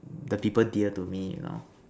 the people dear to me you know